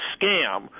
scam